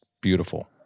beautiful